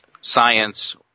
science